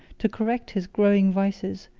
to correct his growing vices,